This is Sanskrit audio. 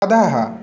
अधः